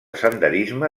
senderisme